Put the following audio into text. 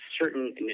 certain